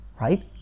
right